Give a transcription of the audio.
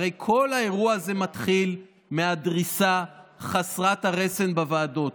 הרי כל האירוע הזה מתחיל מהדריסה חסרת הרסן בוועדות.